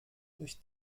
durch